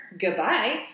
Goodbye